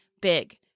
big